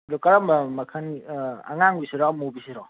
ꯑꯗꯨ ꯀꯔꯝꯕ ꯃꯈꯜ ꯑꯉꯥꯡꯕꯤꯁꯤꯔꯣ ꯑꯃꯨꯕꯤꯁꯤꯔꯣ